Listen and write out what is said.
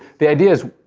the idea is,